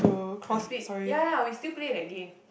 the speed ya lah we still play that game